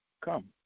come